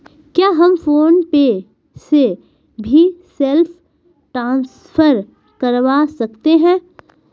क्या हम फोन पे से भी सेल्फ ट्रांसफर करवा सकते हैं?